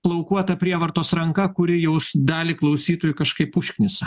plaukuota prievartos ranka kuri jaus dalį klausytojų kažkaip užknisa